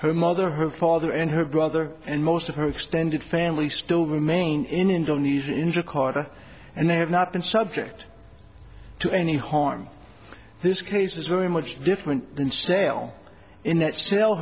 her mother her father and her brother and most of her extended family still remain in indonesia in jakarta and they have not been subject to any harm this case is very much different than sale in that s